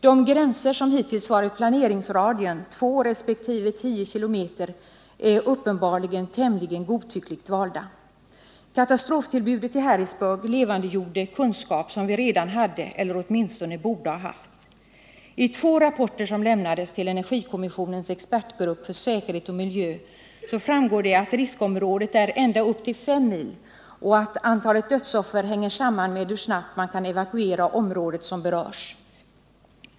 De gränser som hittills varit planeringsradien, två resp. tio kilometer, är uppenbarligen tämligen godtyckligt valda. Katastroftillbudet i Harrisburg levandegjorde kunskap som vi redan hade eller åtminstone borde ha haft. Av två rapporter, som lämnades till energikommissionens expertgrupp för säkerhet och miljö, framgår det att riskområdet är ända upp till fem mil och att antalet dödsoffer hänger samman med hur snabbt man kan evakuera det område som berörs.